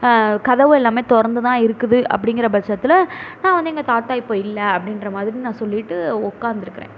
கதவு எல்லாமே திறந்து தான் இருக்குது அப்படிங்கிற பட்சத்தில் நான் வந்து எங்கள் தாத்தா இப்போ இல்லை அப்படின்ற மாதிரி நான் சொல்லிவிட்டு உக்காந்திருக்கிறேன்